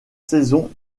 saison